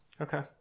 Okay